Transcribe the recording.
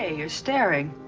ah you're staring.